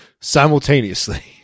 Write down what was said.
simultaneously